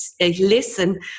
listen